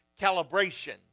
calibration